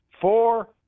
four